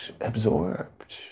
absorbed